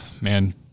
Man